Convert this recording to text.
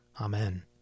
Amen